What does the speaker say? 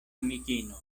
amikino